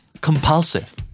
Compulsive